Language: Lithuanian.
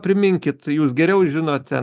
priminkit jūs geriau žinote